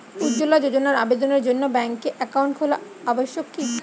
উজ্জ্বলা যোজনার আবেদনের জন্য ব্যাঙ্কে অ্যাকাউন্ট খোলা আবশ্যক কি?